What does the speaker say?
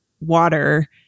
water